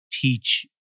teach